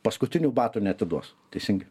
paskutinių batų neatiduos teisingai